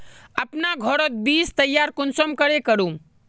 अपना घोरोत बीज तैयार कुंसम करे करूम?